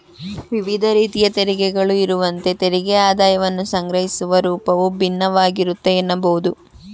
ವಿವಿಧ ರೀತಿಯ ತೆರಿಗೆಗಳು ಇರುವಂತೆ ತೆರಿಗೆ ಆದಾಯವನ್ನ ಸಂಗ್ರಹಿಸುವ ರೂಪವು ಭಿನ್ನವಾಗಿರುತ್ತೆ ಎನ್ನಬಹುದು